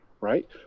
right